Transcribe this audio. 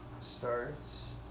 starts